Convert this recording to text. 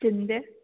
ꯆꯤꯟꯗꯦ